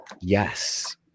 Yes